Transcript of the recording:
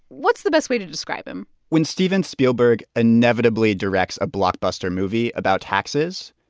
what's the best way to describe him? when steven spielberg inevitably directs a blockbuster movie about taxes,